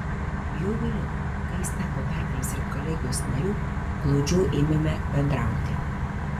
jau vėliau kai jis tapo pergalės redkolegijos nariu glaudžiau ėmėme bendrauti